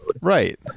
right